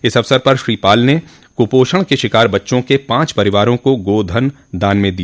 इस अवसर पर श्री पाल ने कुपोषण के शिकार बच्चों के पांच परिवारों को गो धन दान में दिया